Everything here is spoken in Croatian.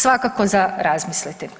Svakako za razmisliti.